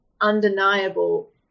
undeniable